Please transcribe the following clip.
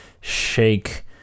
shake